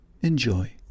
Enjoy